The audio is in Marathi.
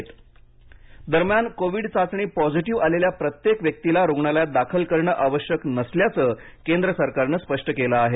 सरकार दरम्यान कोविड चाचणी पॉझीटिव्ह आलेल्या प्रत्येक व्यक्तीला रुग्णालयात दाखल करणे आवश्यक नसल्याचं केंद्र सरकारने स्पष्ट केलं आहे